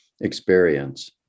experience